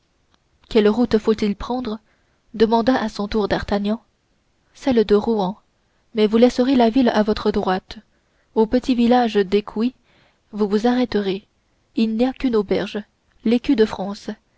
quelle route faut-il prendre demanda à son tour d'artagnan celle de rouen mais vous laisserez la ville à votre droite au petit village d'écouis vous vous arrêterez il n'y a qu'une auberge l'écu de france